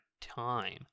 time